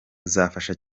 buzafasha